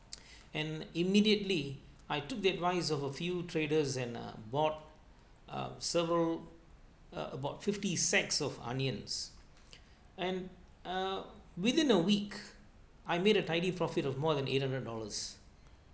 and immediately I took the advice of a few traders and uh board uh several uh about fifty sets of onions and uh within a week I made a tidy profit of more than eight hundred dollars